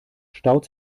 staut